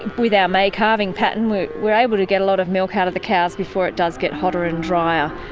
with our may calving pattern we are able to get a lot of milk out of the cows before it does get hotter and drier.